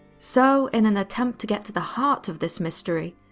so, in and attempt to get to the heart of this mystery,